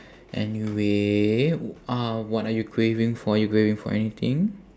anyway uh what are you craving for are you craving for anything